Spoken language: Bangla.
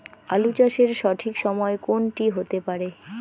আলু চাষের সঠিক সময় কোন টি হতে পারে?